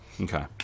okay